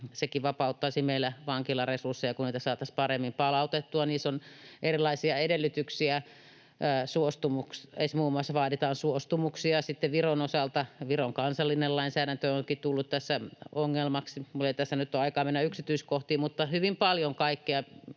Sekin vapauttaisi meillä vankilaresursseja, kun niitä saataisiin paremmin palautettua. Niissä on erilaisia edellytyksiä, muun muassa vaaditaan suostumuksia. Sitten Viron osalta Viron kansallinen lainsäädäntö onkin tullut tässä ongelmaksi. Minulla ei tässä nyt ole aikaa mennä yksityiskohtiin, mutta hyvin paljon kaikkea